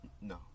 No